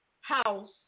house